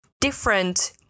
different